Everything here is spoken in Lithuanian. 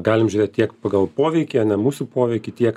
galim žiūrėt tiek pagal poveikį ane mūsų poveikį tiek